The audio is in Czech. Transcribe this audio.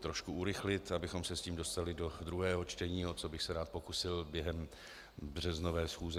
trošku urychlit, abychom se s tím dostali do druhého čtení, o což bych se rád pokusil během březnové schůze.